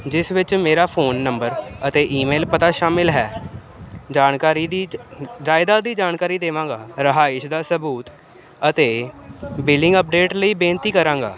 ਜਿਸ ਵਿੱਚ ਮੇਰਾ ਫੋਨ ਨੰਬਰ ਈਮੇਲ ਪਤਾ ਸ਼ਾਮਿਲ ਹੈ ਜਾਣਕਾਰੀ ਦੀ ਜਾਇਦਾਦ ਦੀ ਜਾਣਕਾਰੀ ਦੇਵਾਂਗਾ ਰਿਹਾਇਸ਼ ਦਾ ਸਬੂਤ ਅਤੇ ਬਿਲਿੰਗ ਅਪਡੇਟ ਲਈ ਬੇਨਤੀ ਕਰਾਂਗਾ